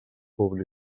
públic